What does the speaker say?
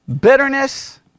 bitterness